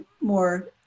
more